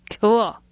Cool